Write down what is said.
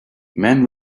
man